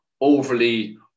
overly